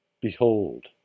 Behold